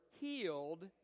healed